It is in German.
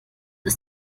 ist